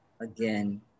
again